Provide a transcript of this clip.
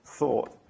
thought